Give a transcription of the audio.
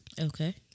Okay